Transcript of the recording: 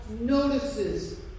notices